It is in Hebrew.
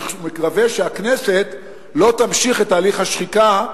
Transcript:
אני מקווה שהכנסת לא תמשיך את תהליך השחיקה.